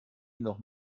noch